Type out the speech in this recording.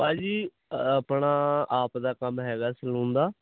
ਭਾਅ ਜੀ ਆਪਣਾ ਆਪ ਦਾ ਕੰਮ ਹੈਗਾ ਸਲੂਨ ਦਾ